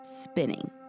spinning